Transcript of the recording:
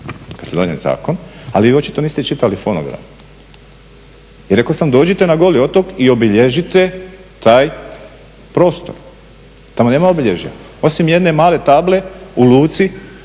donijeli zakon, ali vi očito niste čitali fonograme. I rekao sam dođite na Goli otok i obilježite taj prostor. Tamo nema obilježja, osim jedne male table u luci